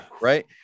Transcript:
right